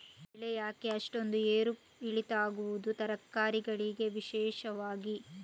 ಬೆಳೆ ಯಾಕೆ ಅಷ್ಟೊಂದು ಏರು ಇಳಿತ ಆಗುವುದು, ತರಕಾರಿ ಗಳಿಗೆ ವಿಶೇಷವಾಗಿ?